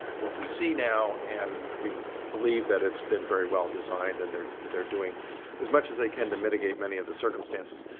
what we see now, and we believe that it's been very well designed and they're they're doing as much as they can to mitigate many of the circumstances.